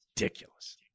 ridiculous